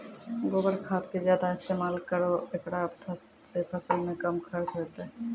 गोबर खाद के ज्यादा इस्तेमाल करौ ऐकरा से फसल मे कम खर्च होईतै?